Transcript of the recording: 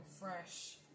fresh